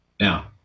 Now